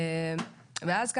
ואז ככה,